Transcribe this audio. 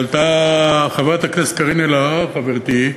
עלתה חברת הכנסת קארין אלהרר, חברתי,